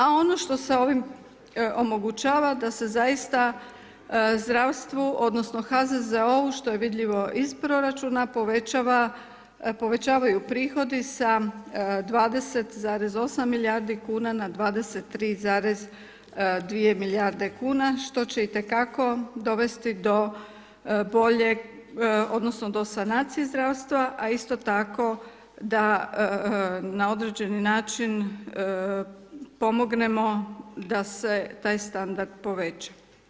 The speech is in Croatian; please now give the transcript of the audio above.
A ono što se ovim omogućava da se zaista zdravstvu, odnosno HZZO-u što je vidljivo iz proračuna povećavaju prihodi sa 20,8 milijardi kuna na 23,2 milijarde kuna što će itekako dovesti do boljeg, odnosno do sanacije zdravstva a isto tako da na određeni način pomognemo da se taj standard poveća.